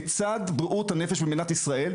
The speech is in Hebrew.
כיצד תיראה בריאות הנפש במדינת ישראל,